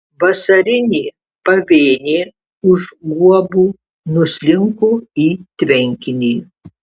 vasarinė pavėnė už guobų nuslinko į tvenkinį